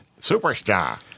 Superstar